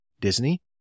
Disney